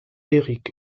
erik